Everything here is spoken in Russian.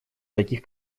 таких